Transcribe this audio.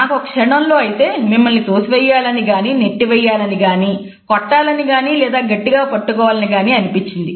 నాకు ఒక క్షణం లో అయితే మిమ్మల్ని తోసివెయ్యాలని గాని నెట్టి వేయాలని గాని కొట్టాలని గానీ లేదా గట్టిగా పట్టుకోవాలని గానీ అనిపించింది